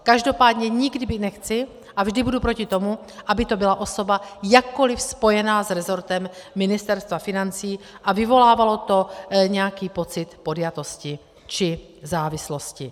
Každopádně nikdy nechci a vždy budu proti tomu, aby to byla osoba jakkoli spojená s resortem Ministerstva financí a vyvolávalo to nějaký pocit podjatosti či závislosti.